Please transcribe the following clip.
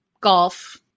golf